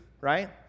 right